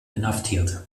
inhaftiert